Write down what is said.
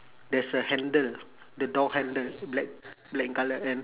there's a handle the door handle black black in colour and